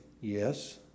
Yes